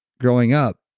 growing up,